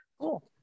Cool